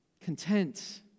content